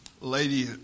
lady